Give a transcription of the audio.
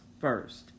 first